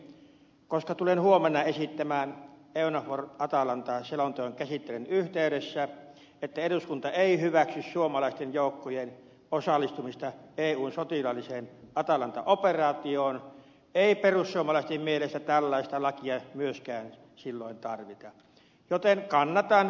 koska tulen huomenna esittämään eunavfor atalanta selonteon käsittelyn yhteydessä että eduskunta ei hyväksy suomalaisten joukkojen osallistumista eun sotilaalliseen atalanta operaatioon ei perussuomalaisten mielestä tällaista lakia silloin myöskään tarvita joten kannatan ed